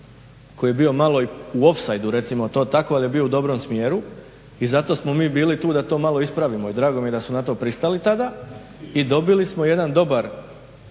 koji je bio mali i u ofsajdu, recimo to tako, ali je bio u dobrom smjeru i zato smo mi bili tu da to malo ispravimo, i drago mi je da su na to pristali tada i dobili smo jedan dobar